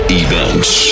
events